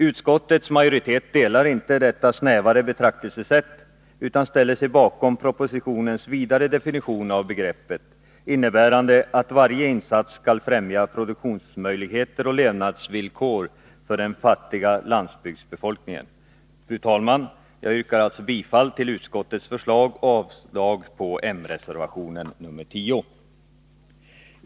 Utskottets majoritet delar inte detta snävare betraktelsesätt utan ställer sig bakom propositionens vidare definition av begreppet, innebärande att varje insats skall främja produktionsmöjligheter och levnadsvillkor för den fattiga landsbygdsbefolkningen. Fru talman! Jag yrkar bifall till utskottets förslag och avslag på m-reservationen nr 10.